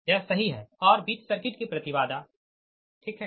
यह सही है और बीच सर्किट की प्रति बाधा ठीक है